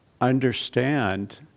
understand